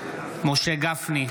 משה גפני,